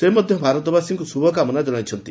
ସେ ମଧ୍ୟ ଭାରତବାସୀଙ୍କୁ ଶୁଭକାମନା କ୍ଷଣାଇଛନ୍ତି